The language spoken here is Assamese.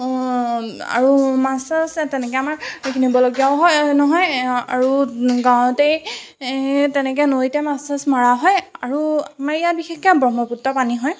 আৰু মাছ চাছ তেনেকৈ আমাৰ কিনিবলগীয়াও হয় নহয় আৰু গাঁৱতেই তেনেকৈয়ে নৈতে মাছ চাছ মৰা হয় আৰু আমাৰ ইয়াত বিশেষকৈ ব্ৰহ্মপুত্ৰৰ পানী হয়